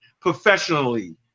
professionally